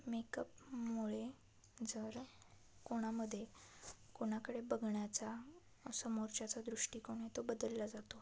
मेकअपमुळे जर कोणामध्ये कोणाकडे बघण्याचा समोरच्याचा दृष्टिकोन आहे तो बदलला जातो